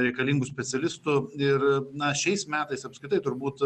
reikalingų specialistų ir na šiais metais apskritai turbūt